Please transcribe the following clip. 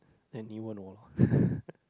anyone !walao!